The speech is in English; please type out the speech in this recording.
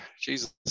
Jesus